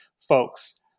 folks